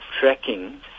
tracking